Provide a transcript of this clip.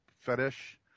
fetish